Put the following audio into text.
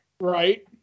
Right